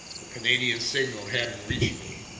the canadian's signal hadn't reached me.